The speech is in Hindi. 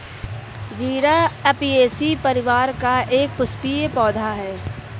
जीरा ऍपियेशी परिवार का एक पुष्पीय पौधा है